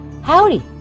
Howdy